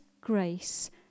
grace